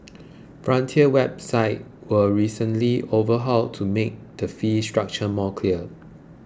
frontier's website were recently overhauled to make the fee structure more clear